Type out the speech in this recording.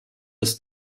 des